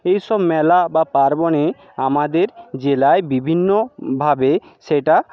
এইসব মেলা বা পার্বণে আমাদের জেলায় বিভিন্নভাবে সেটা